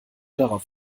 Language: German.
darauf